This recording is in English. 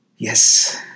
Yes